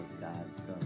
God's